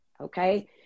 okay